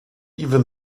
even